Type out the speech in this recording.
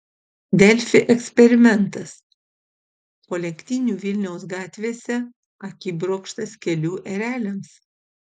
delfi eksperimentas po lenktynių vilniaus gatvėse akibrokštas kelių ereliams